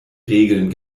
regeln